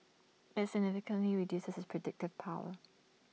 that significantly reduces its predictive power